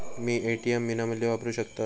मी ATM विनामूल्य वापरू शकतय?